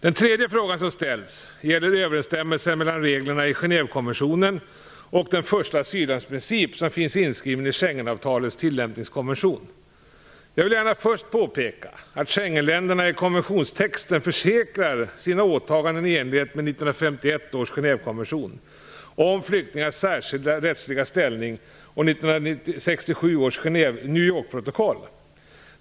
Den tredje frågan som ställts gäller överensstämmelsen mellan reglerna i Genèvekonventionen och den första asyllandsprincip som finns inskriven i Jag vill gärna först påpeka att Schengenländerna i konventionstexten försäkrar sina åtaganden i enlighet med 1951 års Genèvekonvention om flyktingars särskilda rättsliga ställning och 1967 års New Yorkprotokoll.